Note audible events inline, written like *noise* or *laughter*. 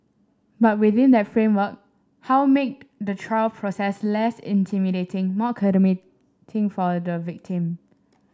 but within that framework how make the trial process less intimidating more *unintelligible* for the victim